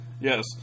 yes